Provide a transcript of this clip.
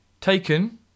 taken